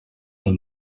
del